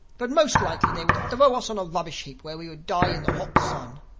but most likely they would throw us on a rubbish-heap, where we would die in the hot sun